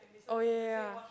oh ya ya ya